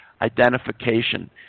identification